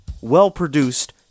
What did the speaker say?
well-produced